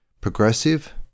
progressive